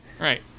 Right